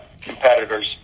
competitors